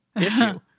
issue